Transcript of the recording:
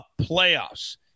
playoffs